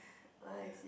nice